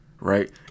Right